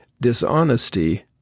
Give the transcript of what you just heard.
dishonesty